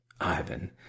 Ivan